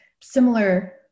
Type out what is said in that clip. Similar